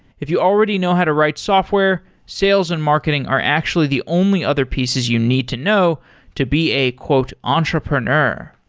if you already know how to write software, sales and marketing are actually the only other pieces you need to know to be a entrepreneur,